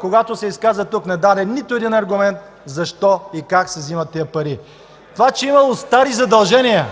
Когато се изказа тук, не даде нито един аргумент защо и как се вземат тези пари. Това, че имало стари задължения,